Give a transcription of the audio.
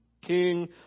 King